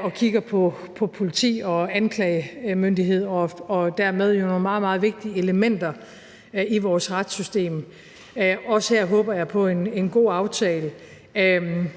og kigger på politi og anklagemyndighed og dermed jo på nogle meget, meget vigtige elementer i vores retssystem. Også her håber jeg på en god aftale.